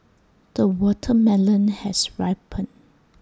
the watermelon has ripened